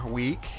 week